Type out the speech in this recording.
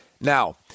Now